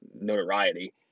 notoriety